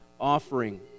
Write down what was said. offering